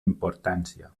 importància